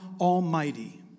Almighty